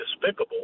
despicable